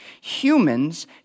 Humans